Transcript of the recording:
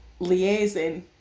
liaising